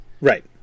Right